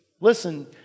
listen